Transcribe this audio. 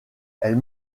elle